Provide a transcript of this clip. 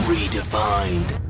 Redefined